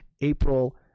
April